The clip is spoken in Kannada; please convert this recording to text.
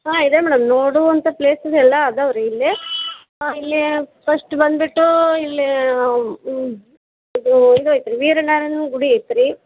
ಹಾಂ ಇದೆ ಮೇಡಮ್ ನೋಡುವಂಥ ಪ್ಲೇಸಸ್ ಎಲ್ಲ ಅದಾವೆ ರೀ ಇಲ್ಲಿ ಇಲ್ಲಿ ಫಸ್ಟ್ ಬಂದುಬಿಟ್ಟು ಇಲ್ಲಿ ಇದು ಇದು ಐತ್ರೀ ವೀರ ನಾರಾಯಣನ ಗುಡಿ ಐತೆ ರೀ